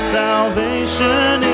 salvation